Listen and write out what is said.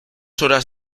horas